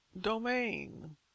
domain